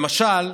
למשל,